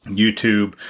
YouTube